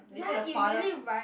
ya it really rhyme